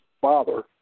father